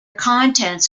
contents